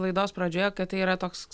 laidos pradžioje kad tai yra toks